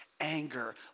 anger